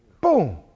Boom